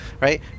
right